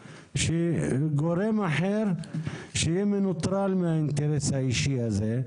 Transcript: שיעשה את זה גורם אחר שמנוטרל מהאינטרס האישי הזה.